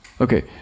okay